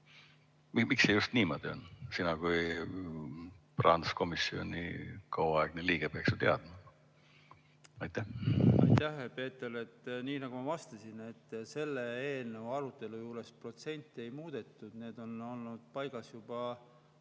Miks see just niimoodi on? Sina kui rahanduskomisjoni kauaaegne liige peaks ju teadma. Aitäh, Peeter! Nii nagu ma vastasin, selle eelnõu arutelu juures protsente ei muudetud, need on olnud paigas juba